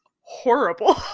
horrible